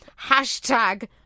Hashtag